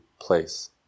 place